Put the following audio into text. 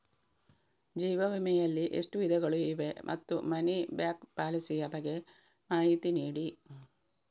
ಜೀವ ವಿಮೆ ಯಲ್ಲಿ ಎಷ್ಟು ವಿಧಗಳು ಇವೆ ಮತ್ತು ಮನಿ ಬ್ಯಾಕ್ ಪಾಲಿಸಿ ಯ ಬಗ್ಗೆ ಮಾಹಿತಿ ನೀಡಿ?